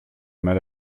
mal